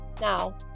Now